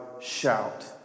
shout